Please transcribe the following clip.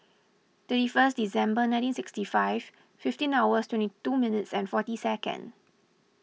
thirty first December nineteen sixty five fifteen hours twenty two minutes and forty seconds